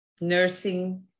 nursing